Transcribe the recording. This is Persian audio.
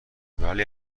ولی